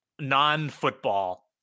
non-football